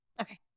Okay